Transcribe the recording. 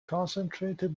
concentrated